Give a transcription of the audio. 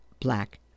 black